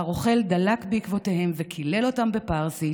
והרוכל דלק בעקבותיהם וקילל אותם בפרסית,